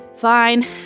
Fine